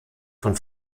von